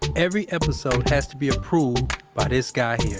every episode has to be approved by this guy